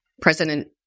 president